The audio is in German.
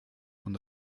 und